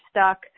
stuck